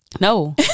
no